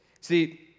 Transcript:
See